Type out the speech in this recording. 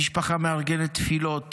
המשפחה גם מארגנת תפילות